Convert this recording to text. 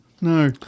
No